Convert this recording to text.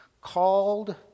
called